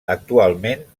actualment